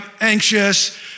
anxious